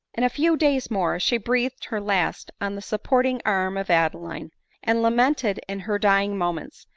in a few days more, she breathed her last on the sup porting arm of adeline and lamented in her dying moments,